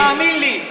תאמין לי.